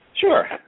Sure